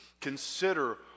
Consider